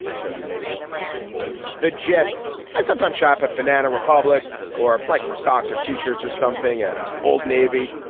just maybe the gist sometime shop at banana republic or like for socks or t shirts or something at old navy.